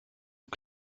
und